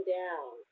down